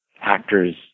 actors